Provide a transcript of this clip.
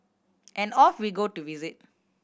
and off we go to visit